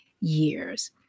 years